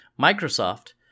Microsoft